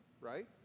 right